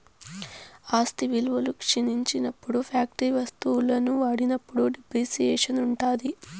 ఆస్తి విలువ క్షీణించినప్పుడు ఫ్యాక్టరీ వత్తువులను వాడినప్పుడు డిప్రిసియేషన్ ఉంటాది